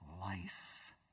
life